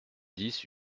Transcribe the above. dix